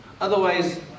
Otherwise